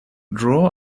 draw